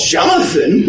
Jonathan